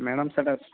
madam ସେଇଟା